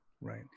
Right